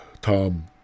Tom